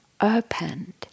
opened